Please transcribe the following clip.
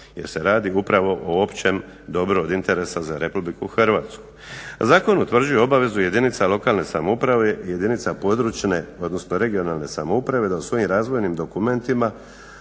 jer se radi upravo o općem dobru od interesa za Republiku Hrvatsku. Zakon utvrđuje obavezu jedinica lokalne samouprave i jedinica područne (regionalne) samouprave da u svojim razvojnim dokumentima